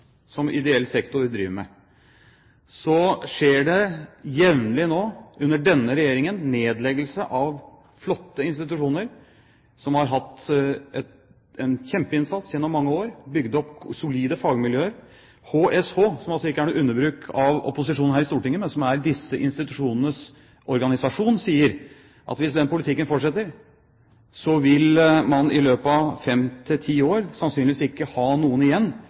som ideell sektor driver med, skjer det nå jevnlig under denne regjeringen nedleggelse av flotte institusjoner som har gjort en kjempeinnsats gjennom mange år og bygd opp solide fagmiljøer. HSH, som ikke er noe underbruk av opposisjonen her i Stortinget, men disse institusjonenes organisasjon, sier at hvis denne politikken fortsetter, vil man i løpet av fem til ti år sannsynligvis ikke ha noen igjen